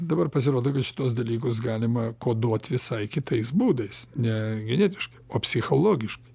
dabar pasirodo kad šituos dalykus galima koduot visai kitais būdais ne genetiškai o psichologiškai